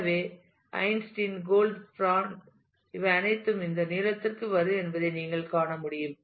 எனவே Einstein Gold Brandt Einstein Gold Brandt இவை அனைத்தும் இந்த நீளத்திற்கு வரும் என்பதை நீங்கள் காண முடியும்